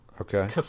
okay